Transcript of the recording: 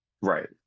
right